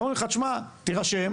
אומרים לך שמע תירשם,